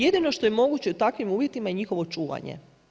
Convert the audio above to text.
Jedino što je moguće u takvim uvjetima je njihovo čuvanje.